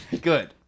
good